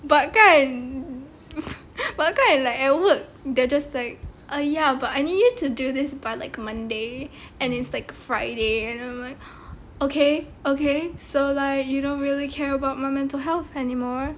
but kan but kan like at work they are just like err ya I need you to do this by like monday and it's like friday and I'm like okay okay so like you don't really care about my mental health anymore